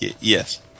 Yes